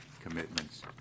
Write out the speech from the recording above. commitments